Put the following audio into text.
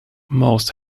most